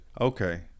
okay